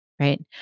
right